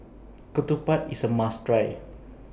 Ketupat IS A must Try